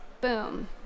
boom